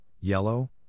yellow